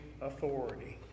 authority